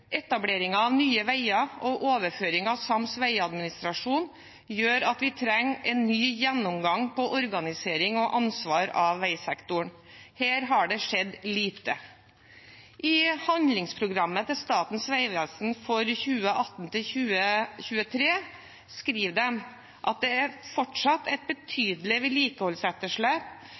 av Nye Veier og overføring av sams vegadministrasjon gjør at vi trenger en ny gjennomgang av organiseringen av og ansvaret for veisektoren. Her har det skjedd lite. I handlingsprogrammet til Statens vegvesen for 2018–2023 skriver de: «Det er fortsatt et betydelig vedlikeholdsetterslep,